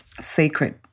sacred